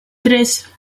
tres